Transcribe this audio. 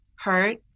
hurt